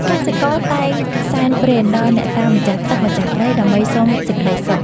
កសិករតែងសែនព្រេនដល់អ្នកតាម្ចាស់ទឹកម្ចាស់ដី ដើម្បីសុំសេចក្តីសុខ។